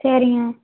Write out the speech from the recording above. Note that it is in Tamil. சரிங்க